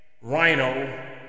rhino